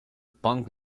punk